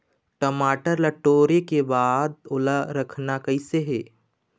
टमाटर ला टोरे के बाद ओला रखना कइसे हे?